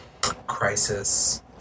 crisis